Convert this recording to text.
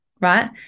right